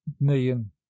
million